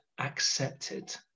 accepted